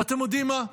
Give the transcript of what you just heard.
ואתם יודעים מה?